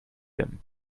them